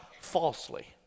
falsely